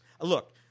Look